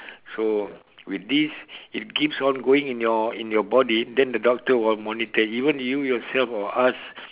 so with this it keeps on going in your in your body then the doctor will monitor even you yourself or us